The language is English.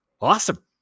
awesome